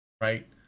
right